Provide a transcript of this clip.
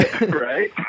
right